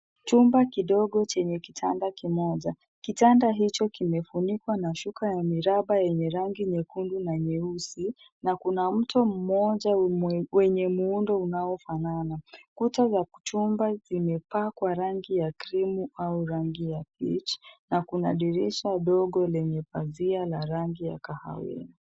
Chumba kidogo chenye kitanda kimoja. Kitanda hicho kimefunikwa na shuka ya miraba yenye rangi nyekundu na nyeusi na kuna mto mmoja wenye muundo unaofanana. Kuta za chumba zimepakwa rangi ya cream au rangi ya bich na kuna dirisha dogo lenye pazia la rangi ya kahawia.